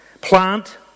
plant